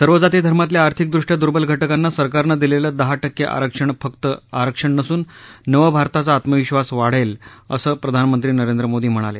सर्व जाती धर्मातल्या आर्थिकदृष्ट्या दुर्बल घटकांना सरकारनं दिलेलं दहा टक्के आरक्षण फक्त आरक्षण नसून नव भारताचा आत्मविधास वाढेल असं प्रधानमंत्री नरेंद्र मोदी म्हणाले